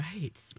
right